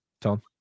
Tom